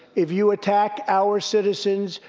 if you attack our citizens,